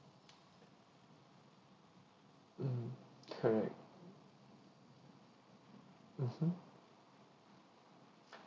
mm correct mmhmm